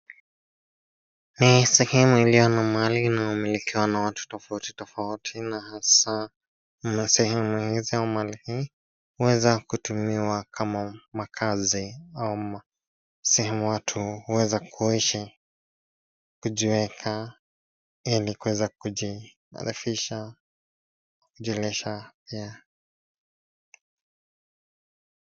Ni sehemu iliyo na mali na umilikiwa na watu tofauti tofauti na hasa ni sehemu hizi ama ni hii huweza kutumiwa kama makazi ama sehemu watu huweza kuishi kujiweka ili kuweza kijidhifisha julisha ya.